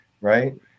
Right